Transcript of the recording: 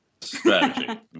strategy